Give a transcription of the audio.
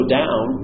down